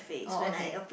orh okay